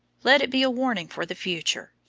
let it be a warning for the future.